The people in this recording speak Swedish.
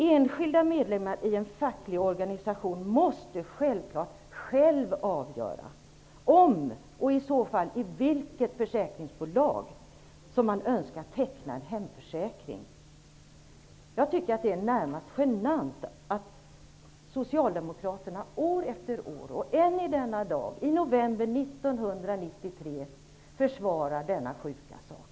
Enskilda medlemmar i en facklig organisation måste själva avgöra om de önskar teckna en hemförsäkring, och i så fall i vilket försäkringsbolag. Jag tycker att det är närmast genant att Socialdemokraterna år efter år, än i denna dag, i november 1993, försvarar denna sjuka sak.